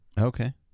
Okay